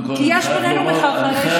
כי יש בינינו מחרחרי שלום.